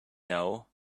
know